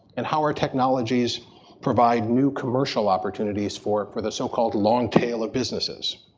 and how our technologies provide new commercial opportunities for for the so called long tail of businesses,